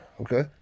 Okay